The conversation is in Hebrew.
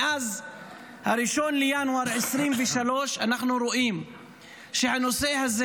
מאז 1 בינואר 2023 אנחנו רואים שהנושא הזה